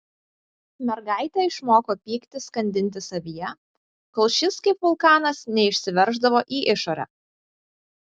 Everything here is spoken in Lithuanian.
mergaitė išmoko pyktį skandinti savyje kol šis kaip vulkanas neišsiverždavo į išorę